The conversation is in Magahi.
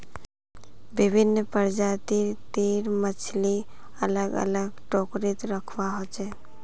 विभिन्न प्रजाति तीर मछली अलग अलग टोकरी त रखवा हो छे